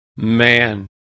Man